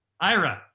Ira